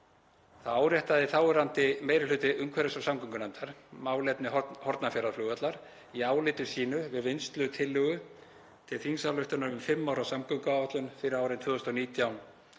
Þá áréttaði þáverandi meiri hluti umhverfis- og samgöngunefndar málefni Hornafjarðarflugvallar í áliti sínu við vinnslu tillögu til þingsályktunar um fimm ára samgönguáætlun fyrir árin 2019–2023